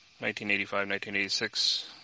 1985-1986